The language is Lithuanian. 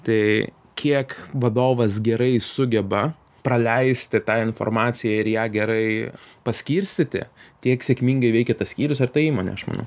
tai kiek vadovas gerai sugeba praleisti tą informaciją ir ją gerai paskirstyti tiek sėkmingai veikia tas skyrius ar ta įmonė aš manau